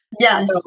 Yes